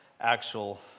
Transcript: actual